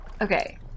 Okay